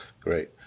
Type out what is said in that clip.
great